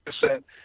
percent